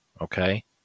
Okay